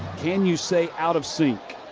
can you say out of sync?